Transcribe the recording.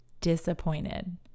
disappointed